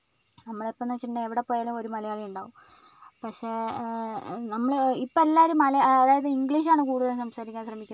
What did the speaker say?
നമ്മൾ എപ്പം എന്ന് വെച്ചിട്ടുണ്ടെങ്കിൽ എവിടെ പോയാലും ഒരു മലയാളി ഉണ്ടാവും പക്ഷേ നമ്മൾ ഇപ്പം എല്ലാവരും മല അതായത് ഇംഗ്ലീഷ് ആണ് കൂടുതലും സംസാരിക്കാൻ ശ്രമിക്കുന്നത്